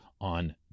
on